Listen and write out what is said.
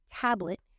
tablet